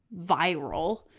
viral